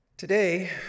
Today